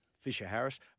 Fisher-Harris